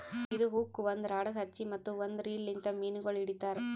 ಇದು ಹುಕ್ ಒಂದ್ ರಾಡಗ್ ಹಚ್ಚಿ ಮತ್ತ ಒಂದ್ ರೀಲ್ ಲಿಂತ್ ಮೀನಗೊಳ್ ಹಿಡಿತಾರ್